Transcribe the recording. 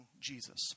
Jesus